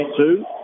two